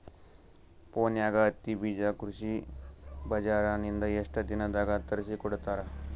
ಫೋನ್ಯಾಗ ಹತ್ತಿ ಬೀಜಾ ಕೃಷಿ ಬಜಾರ ನಿಂದ ಎಷ್ಟ ದಿನದಾಗ ತರಸಿಕೋಡತಾರ?